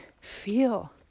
feel